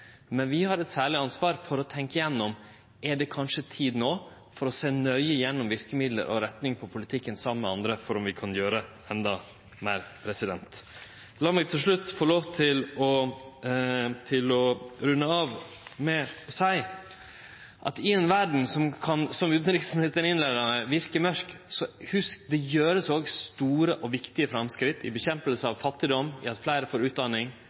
men vi har eit særleg ansvar for å tenkje gjennom: Er det kanskje tid no for å sjå nøye gjennom verkemidla og retninga på politikken saman med andre for å sjå om vi kan gjere endå meir? Lat meg til slutt få runde av med å seie at i ei verd som kan – som utanriksministeren innleia med – verke mørk, så hugs at det vert òg gjort store og viktige framskritt, i kampen mot fattigdom, i at fleire får utdanning,